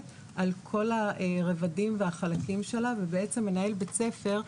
על כל הרבדים והחלקים שלה ובעצם מנהל בית ספר,